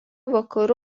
vakarų